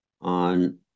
on